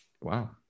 Wow